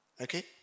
Okay